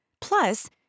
Plus